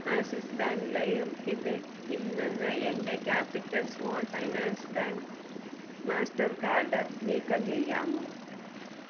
ആസിസ് bank ലൈം ഇതേ ഇൽ നിന്നെ എന്റെ capital small finance bank Mastercard നീക്കം ചെയ്യാമോ